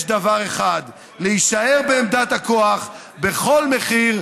יש דבר אחד: להישאר בעמדת הכוח בכל מחיר,